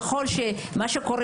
ככל שמה שקורה,